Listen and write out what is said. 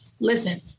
Listen